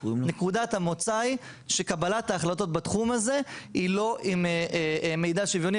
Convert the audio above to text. נקודת המוצא היא שקבלת ההחלטות בתחום הזה היא לא עם מידע שוויוני,